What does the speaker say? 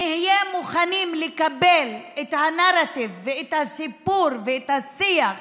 נהיה מוכנים לקבל את הנרטיב ואת הסיפור ואת השיח